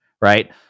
right